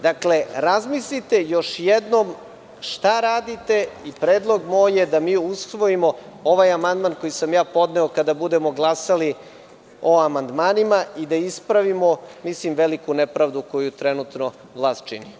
Dakle, razmislite još jednom šta radite i moj predlog je da mi usvojimo ovaj amandman koji sam podneo, kada budemo glasali o amandmanima i da ispravimo veliku nepravdu koju trenutno vlast čini.